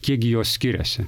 kiek gi jos skiriasi